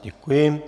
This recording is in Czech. Děkuji.